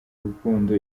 rukundo